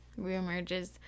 reemerges